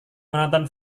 menonton